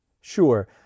Sure